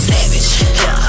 Savage